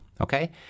okay